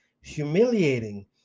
humiliating